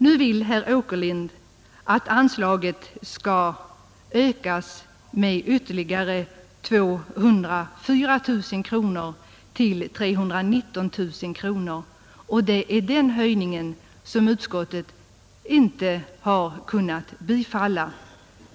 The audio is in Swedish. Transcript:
Nu vill herr Åkerlind att anslaget därutöver skall höjas med 204 000 kronor till 319 000 kronor och det är det förslaget som utskottet inte har kunnat biträda.